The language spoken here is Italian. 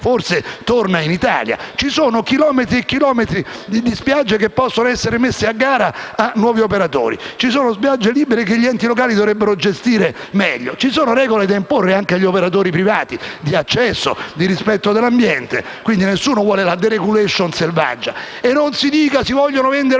forse torna in Italia. Ci sono chilometri e chilometri di spiagge che possono essere messi a gara per nuovi operatori, ci sono spiagge libere che gli enti locali dovrebbero gestire meglio, ci sono regole da imporre anche agli operatori privati di accesso e di rispetto dell'ambiente, quindi nessuno vuole la *deregulation* selvaggia; e non si dica che si vogliono rendere